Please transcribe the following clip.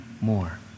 more